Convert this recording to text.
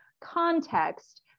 context